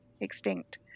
extinct